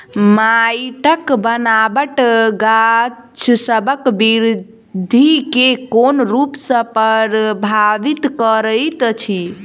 माइटक बनाबट गाछसबक बिरधि केँ कोन रूप सँ परभाबित करइत अछि?